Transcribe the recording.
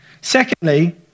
Secondly